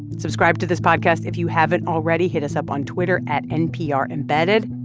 subscribe to this podcast if you haven't already. hit us up on twitter at nprembedded.